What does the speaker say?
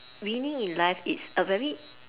winning in life it's a very